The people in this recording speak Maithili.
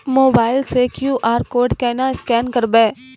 मोबाइल से क्यू.आर कोड केना स्कैन करबै?